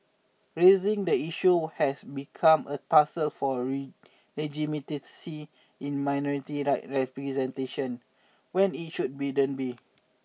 raising the issue has become a tussle for a legitimacy in minority rights representation when it should be don't be